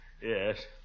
yes